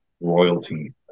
royalty